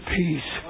peace